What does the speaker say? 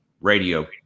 radio